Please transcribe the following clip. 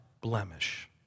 blemish